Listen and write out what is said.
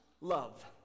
love